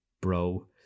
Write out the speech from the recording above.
bro